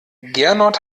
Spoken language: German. gernot